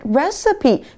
recipe